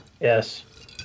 Yes